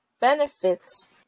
benefits